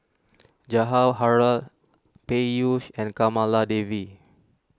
Jawaharlal Peyush and Kamaladevi